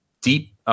deep